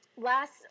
Last